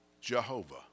Jehovah